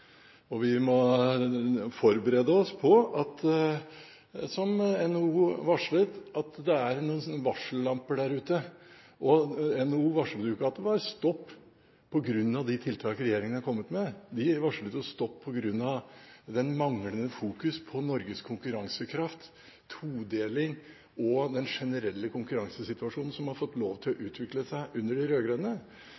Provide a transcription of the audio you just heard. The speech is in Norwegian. og vi må forberede oss på, som NHO varslet, at det er noen varsellamper der ute. NHO varslet ikke at det var stopp på grunn av de tiltak regjeringen har kommet med. De varslet stopp på grunn av det manglende fokus på Norges konkurransekraft, todelingen og den generelle konkurransesituasjonen som har fått lov til å